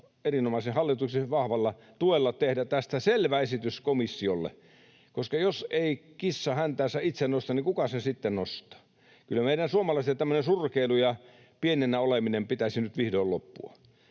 erinomaisen hallituksen vahvalla tuella tehdä tästä selvä esitys komissiolle, koska jos ei kissa häntäänsä itse nosta, niin kuka sen sitten nostaa? Kyllä meidän suomalaisten tämmöisen surkeilun ja pienenä olemisen pitäisi nyt vihdoin loppua.